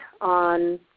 on